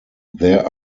there